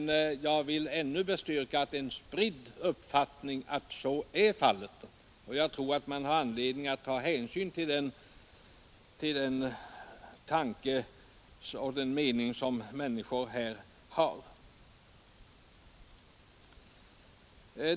Som jag sade förut, är det en allmän uppfattning att så är fallet, och jag tror att man har anledning att ta hänsyn till den mening som människor här har.